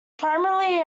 primarily